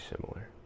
similar